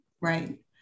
Right